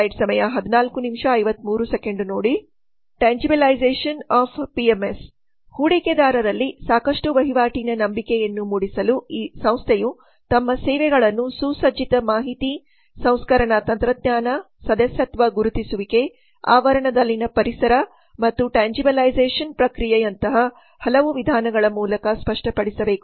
ಪಿಎಂಎಸ್ನ tangibilisation ಹೂಡಿಕೆದಾರರಲ್ಲಿ ಸಾಕಷ್ಟು ವಹಿವಾಟಿನ ನಂಬಿಕೆಯನ್ನು ಮೂಡಿಸಲು ಸಂಸ್ಥೆಯು ತಮ್ಮ ಸೇವೆಗಳನ್ನು ಸುಸಜ್ಜಿತ ಮಾಹಿತಿ ಸಂಸ್ಕರಣಾ ತಂತ್ರಜ್ಞಾನ ಸದಸ್ಯತ್ವ ಗುರುತಿಸುವಿಕೆ ಆವರಣದಲ್ಲಿನ ಪರಿಸರ ಮತ್ತು ಟಾನ್ಜಿಬಿಲೈಸಷನ್ ಪ್ರಕ್ರಿಯೆಯಂತಹ ಹಲವು ವಿಧಾನಗಳ ಮೂಲಕ ಸ್ಪಷ್ಟಪಡಿಸಬೇಕು